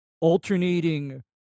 alternating